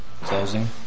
Closing